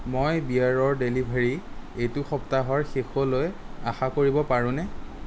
মই বিয়েৰৰ ডেলিভাৰী এইটো সপ্তাহৰ শেষলৈ আশা কৰিব পাৰোঁনে